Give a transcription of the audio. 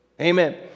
Amen